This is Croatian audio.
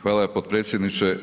Hvala potpredsjedniče.